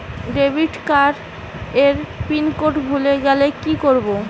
Debit card এর pin code ভুলে গেলে কি করব?